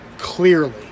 Clearly